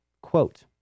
quote